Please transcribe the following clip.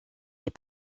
les